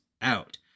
out